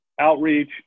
outreach